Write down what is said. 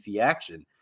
action